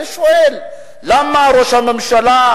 אני שואל: למה ראש הממשלה,